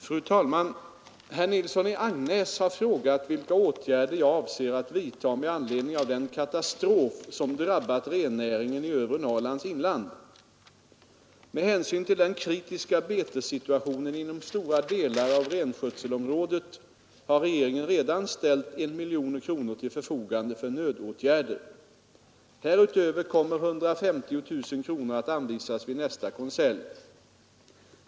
Fru talman! Herr Nilsson i Agnäs har frågat vilka åtgärder jag avser att vidta med anledning av den katastrof som drabbat rennäringen i övre Norrlands inland. Med hänsyn till den kritiska betessituationen inom stora delar av renskötselområdet har regeringen redan ställt 1 miljon kronor till förfogande för nödåtgärder. Härutöver kommer 150 000 kronor att anvisas vid nästa konselj.